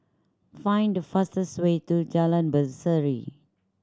find the fastest way to Jalan Berseri